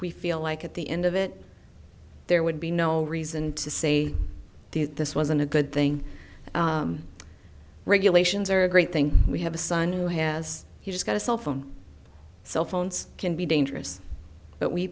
we feel like at the end of it there would be no reason to say this wasn't a good thing regulations are a great thing we have a son who has just got a cell phone cell phones can be dangerous but we